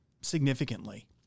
significantly